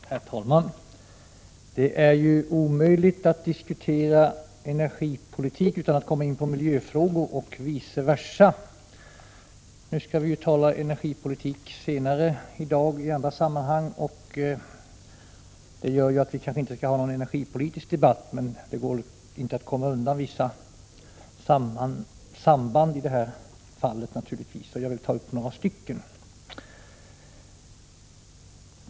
Herr talman! Det är ju omöjligt att diskutera energipolitik utan att komma in på miljöfrågor, och vice versa. Vi skall senare i dag diskutera energipoliti ken, vilket gör att vi inte nu kan ha en energipolitisk debatt. Men man kan naturligtvis inte undvika att i detta sammanhang se vissa beröringspunkter med den debatten, och jag vill ta upp några sådana.